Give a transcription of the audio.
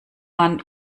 man